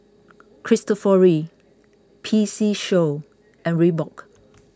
Cristofori P C Show and Reebok